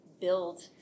build